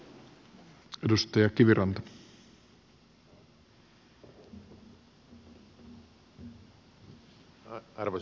arvoisa puhemies